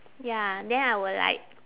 ya then I will like